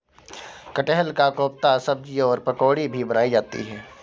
कटहल का कोफ्ता सब्जी और पकौड़ी भी बनाई जाती है